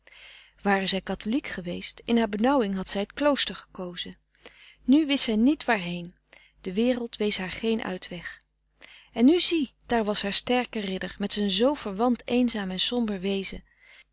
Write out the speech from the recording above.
ware zij katholiek geweest in haar benauwing had zij t klooster gekozen nu wist zij niet waarheen de wereld wees haar geen uitweg en nu zie daar was haar sterke ridder met zijn zoo verwant eenzaam en somber wezen